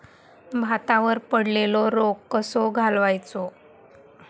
भातावर पडलेलो रोग कसो घालवायचो?